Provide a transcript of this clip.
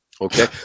Okay